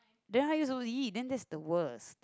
then how you supposed to eat then the worst